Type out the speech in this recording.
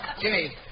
Jimmy